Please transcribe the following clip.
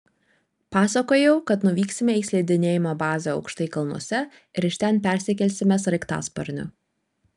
pasakojau kad nuvyksime į slidinėjimo bazę aukštai kalnuose ir iš ten persikelsime sraigtasparniu